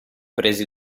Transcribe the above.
presi